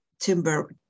Timber